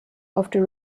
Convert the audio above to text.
after